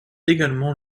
également